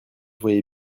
voyais